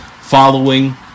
Following